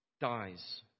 dies